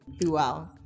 throughout